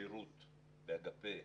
השירות באגפי